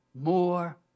more